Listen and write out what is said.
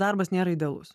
darbas nėra idealus